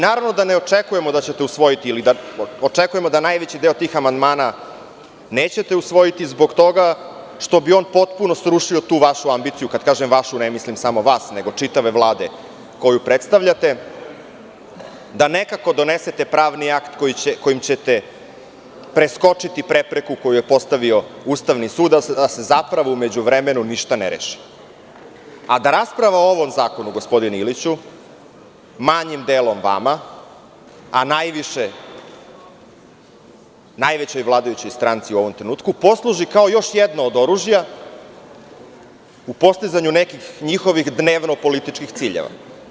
Naravno da ne očekujemo da ćete usvojiti, očekujemo da najveći deo tih amandmana nećete usvojiti, zbog toga što bi on potpuno srušio tu vašu ambiciju, kad kažem vašu, ne mislim samo vas, nego čitave Vlade koju predstavljate, da nekako donesete pravni akt kojim ćete preskočiti prepreku koju je postavio Ustavni sud, da se zapravo u međuvremenu ništa ne reši, a da rasprava o ovo zakonu, gospodine Iliću, manjim delom vama, a najviše najvećoj vladajućoj stranci u ovom trenutku, posluži kao još jedno od oružja u postizanju nekih njihovih dnevno političkih ciljeva.